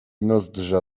nozdrza